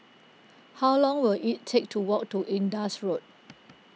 how long will it take to walk to Indus Road